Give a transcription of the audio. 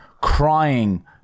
crying